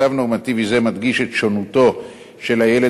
מצב נורמטיבי זה מדגיש את שונותו של הילד